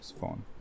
phone